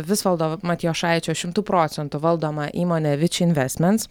visvaldo matijošaičio šimtu procentu valdoma įmonė viči investments